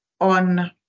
on